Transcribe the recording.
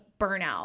burnout